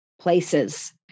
places